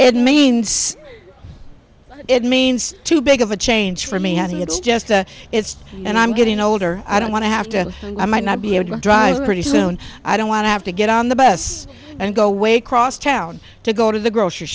means it means too big of a change for me having it's just a it's and i'm getting older i don't want to have to and i might not be able to drive pretty soon i don't want to have to get on the bus and go away across town to go to the grocery